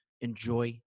Enjoy